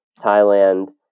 Thailand